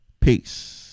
Peace